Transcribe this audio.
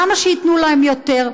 למה שייתנו להם יותר?